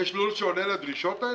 יש לול שעונה לדרישות האלה?